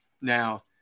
now